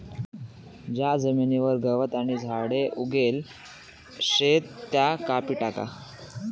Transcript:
ज्या जमीनवर गवत आणि झाडे उगेल शेत त्या कापी टाका